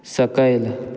सकयल